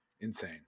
insane